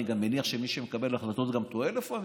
אני מניח שמי שמקבל החלטות גם טועה לפעמים.